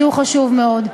שהוא חשוב מאוד.